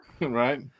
Right